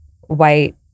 white